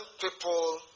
people